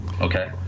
Okay